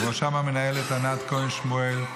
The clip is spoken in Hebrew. ובראשם המנהלת ענת כהן שמואל,